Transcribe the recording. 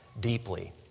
deeply